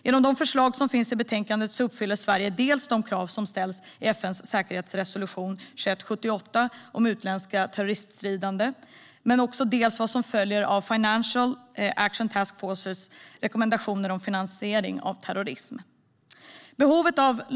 Genom de förslag som finns i betänkandet uppfyller Sverige dels de krav som ställs i FN:s säkerhetsråds resolution 2178 om utländska terrorstridande, dels vad som följer av Financial Action Task Forces rekommendationer om finansiering av terrorism.